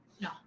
No